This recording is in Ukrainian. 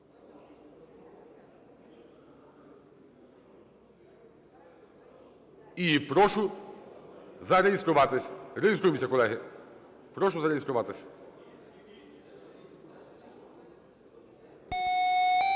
і прошу зареєструватись. Реєструємося, колеги. Прошу зареєструватись. 10:10:04